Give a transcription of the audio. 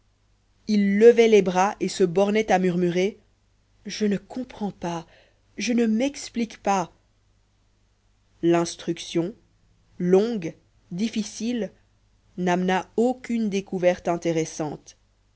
il levait les bras et se bornait à murmurer je ne comprends pas je ne m'explique pas l'instruction longue difficile n'amena aucune découverte intéressante